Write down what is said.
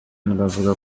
n’abavuga